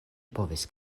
povis